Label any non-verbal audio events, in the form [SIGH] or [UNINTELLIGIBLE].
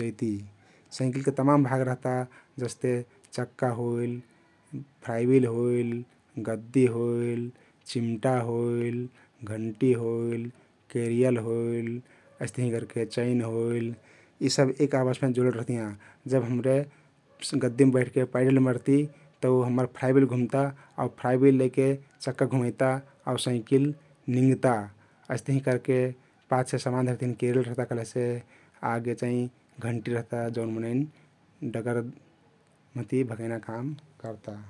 जैती । साईकिलके तमान भाग रहता । जस्ते चक्का होइल, फ्राइबिल होइल, गद्दी होइल, चिम्टा होइल, घण्टी होइल, केरियल होइल अइस्तहिं करके चैन होइल । यी सब एक आपसमे जोडल रहतियाँ । जब हम्रे [UNINTELLIGIBLE] गद्दीम बैठके पैडल मरती तउ हम्मर फ्राइबिल घुम्ता आउ फ्राइबिल लैके चक्का घुमैता आउ साइकिल निंग्ता । अइस्तहिं करके पाछे समान धरेक तहिन केरियल रहता कहलेसे आगे चाहिं घण्टी रहता जउन मनैन डगर महति भगैना काम कर्ता ।